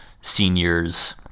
seniors